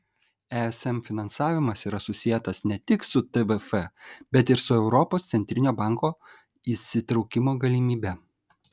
esm finansavimas yra susietas ne tik su tvf bet ir su europos centrinio banko įsitraukimo galimybe